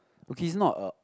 okay it's not a